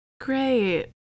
Great